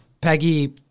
Peggy